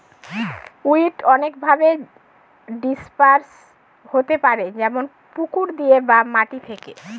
weed অনেকভাবে disperse হতে পারে যেমন পুকুর দিয়ে বা মাটি থেকে